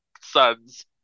sons